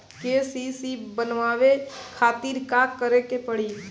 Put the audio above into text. KCC बनवावे खातिर का करे के पड़ी?